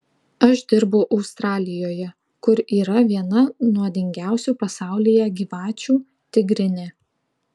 aš dirbau australijoje kur yra viena nuodingiausių pasaulyje gyvačių tigrinė